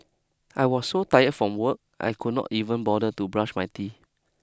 I was so tired from work I could not even bother to brush my teeth